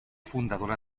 fundadora